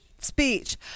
speech